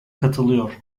katılıyor